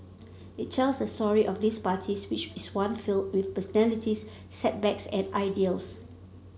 it tells the story of these parties which is one filled with personalities setbacks and ideals